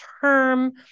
term